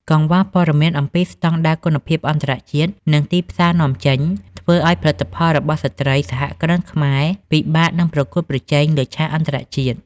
កង្វះព័ត៌មានអំពីស្តង់ដារគុណភាពអន្តរជាតិ និងទីផ្សារនាំចេញ ធ្វើឱ្យផលិតផលរបស់ស្ត្រីសហគ្រិនខ្មែរពិបាកនឹងប្រកួតប្រជែងលើឆាកអន្តរជាតិ។